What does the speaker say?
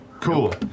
Cool